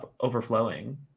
overflowing